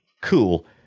cool